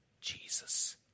Jesus